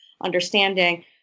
understanding